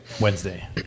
Wednesday